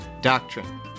doctrine